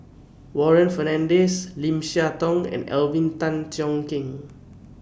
Warren Fernandez Lim Siah Tong and Alvin Tan Cheong Kheng